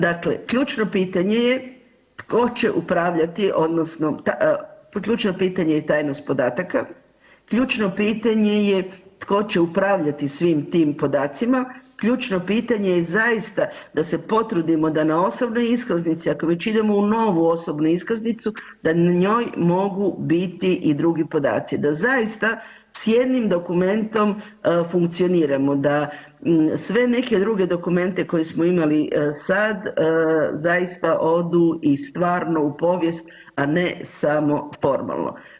Dakle, ključno pitanje je tko će upravljati odnosno ključno pitanje je tajnost podataka, ključno pitanje je tko će upravljati svim tim podacima, ključno pitanje je zaista da se potrudimo da na osobnoj iskaznici ako već idemo u novu osobnu iskaznicu da na njoj mogu biti i drugi podaci, da zaista s jednim dokumentom funkcioniramo, da sve neke druge dokumente koje smo imali sad, zaista odu i stvarno u povijest, a ne samo formalno.